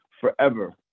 forever